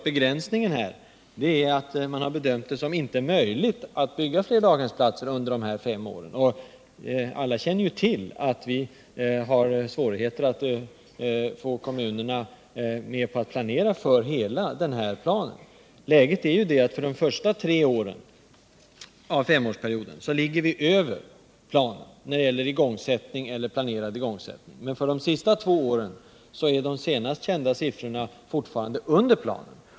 Begränsningen ligger däri att, som man bedömt det, det inte är möjligt att bygga fler daghemsplatser under de närmaste fem åren. Som bekant har det visat sig svårt att få kommunerna att planera enligt planen för hela perioden. Läget är, att vi under de första tre åren av femårsperioden ligger över planen när det gäller igångsättning eller planerad igångsättning, men att siffrorna för de sista två åren av perioden fortfarande ligger under planen.